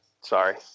Sorry